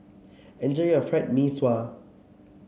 enjoy your Fried Mee Sua